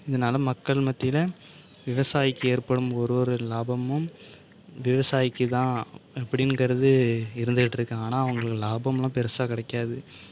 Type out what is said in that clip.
இதனால் மக்கள் மத்தியில் விவசாயிக்கு ஏற்படும் ஒரு ஒரு லாபமும் விவசாயிக்கு தான் அப்படினுங்குறது இருந்துகிட்டு இருக்குது ஆனால் அவர்களுக்கு லாபம்னெல்லாம் பெருசாக கிடைக்காது